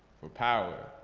for power.